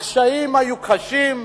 הקשיים היו רבים,